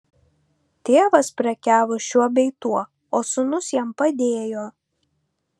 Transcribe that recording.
tėvas prekiavo šiuo bei tuo o sūnus jam padėjo